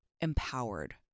empowered